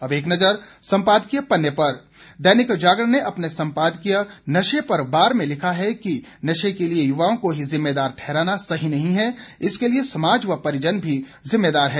अब एक नजर संपादकीय पन्ने पर दैनिक जागरण ने अपने संपादकीय नशे पर बार में लिखा है कि नशे के लिए युवाओं को ही जिम्मेदार ठहराना सही नहीं है इसके लिए समाज व परिजन भी जिम्मेदार हैं